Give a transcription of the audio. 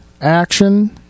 action